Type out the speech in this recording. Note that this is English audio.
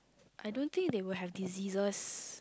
I don't think they will have diseases